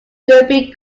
derby